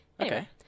Okay